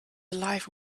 alive